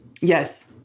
Yes